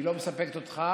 היא לא מספקת אותך